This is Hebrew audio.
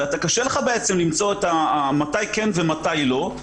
וקשה לך למצוא מתי כן ומתי לא.